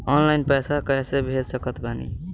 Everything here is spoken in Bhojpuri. ऑनलाइन पैसा कैसे भेज सकत बानी?